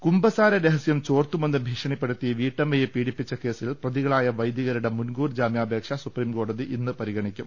കുമ്പസാര രഹസ്യം ചോർത്തുമെന്ന് ഭീഷണിപ്പെടുത്തി വീട്ട മ്മയെ പീഡിപ്പിച്ച കേസിൽ പ്രതികളായ വൈദികരുടെ മുൻകൂർ ജാമ്യാപേക്ഷ സുപ്രീംകോടതി ഇന്ന് പരിഗണിക്കും